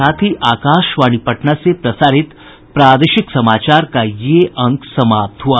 इसके साथ ही आकाशवाणी पटना से प्रसारित प्रादेशिक समाचार का ये अंक समाप्त हुआ